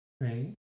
right